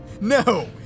no